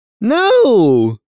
No